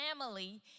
family